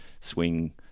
swing